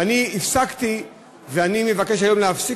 לשמחתי היא נמצאת